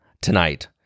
tonight